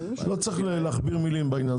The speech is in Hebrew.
לא צריך להכביר מילים בעניין.